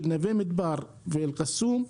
של נווה מדבר ואל-קסום,